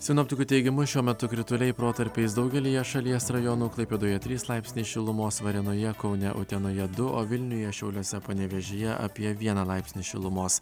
sinoptikų teigimu šiuo metu krituliai protarpiais daugelyje šalies rajonų klaipėdoje trys laipsniai šilumos varėnoje kaune utenoje du o vilniuje šiauliuose panevėžyje apie vieną laipsnį šilumos